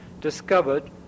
discovered